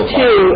two